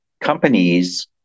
companies